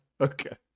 Okay